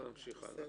נמשיך הלאה.